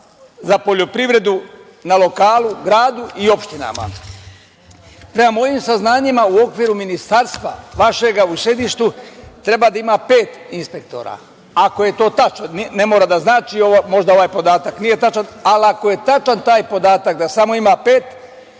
za poljoprivredu na lokalu, gradu i opštinama? Prema mojim saznanjima, u okviru Ministarstva vašeg u sedištu treba da ima pet inspektora, ako je to tačno, ne mora da znači, možda ovaj podatak nije tačan, ali ako je tačan taj podatak da samo ima pet,